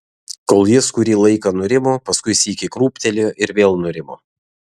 kol jis kurį laiką nurimo paskui sykį krūptelėjo ir vėl nurimo